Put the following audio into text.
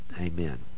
Amen